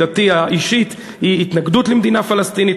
עמדתי האישית היא התנגדות למדינה פלסטינית,